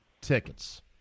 tickets